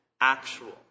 actual